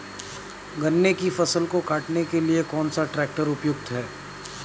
गन्ने की फसल को काटने के लिए कौन सा ट्रैक्टर उपयुक्त है?